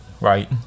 Right